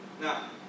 Now